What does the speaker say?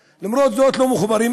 למרות זאת הם לא מחוברים,